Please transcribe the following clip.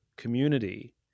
community